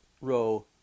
row